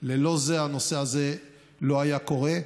ללא זה הנושא הזה לא היה קורה.